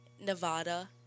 Nevada